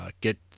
get